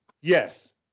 yes